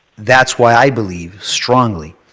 that's why i believe strongly,